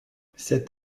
cet